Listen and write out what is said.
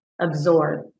absorb